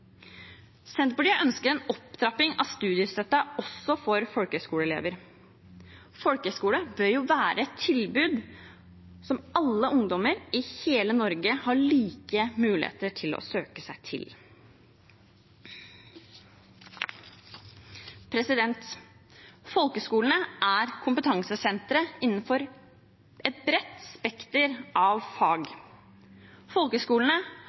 Senterpartiet ønsker en opptrapping av studiestøtten også for folkehøgskoleelever. Folkehøgskole bør jo være et tilbud som alle ungdommer i hele Norge har like muligheter til å søke seg til. Folkehøgskolene er kompetansesentre innenfor et bredt spekter av fag.